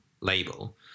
label